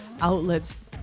outlets